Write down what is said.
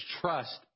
trust